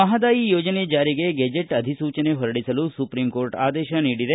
ಮಹದಾಯಿ ಯೋಜನೆ ಜಾರಿಗೆ ಗೆಜೆಟ್ ಅಧಿಸೂಚನೆ ಹೊರಡಿಸಲು ಸುಪ್ರೀಂಕೋರ್ಟ್ ಆದೇಶ ನೀಡಿದೆ